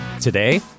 Today